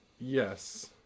Yes